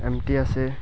M T আছে